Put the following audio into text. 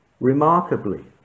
Remarkably